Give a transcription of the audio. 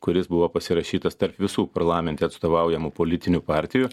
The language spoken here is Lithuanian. kuris buvo pasirašytas tarp visų parlamente atstovaujamų politinių partijų